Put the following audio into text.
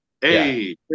Hey